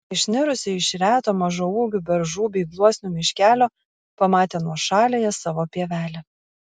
išnirusi iš reto mažaūgių beržų bei gluosnių miškelio pamatė nuošaliąją savo pievelę